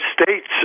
States